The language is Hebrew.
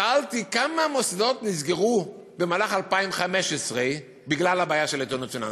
שאלתי: כמה מוסדות נסגרו במהלך 2015 בגלל הבעיה של איתנות פיננסית?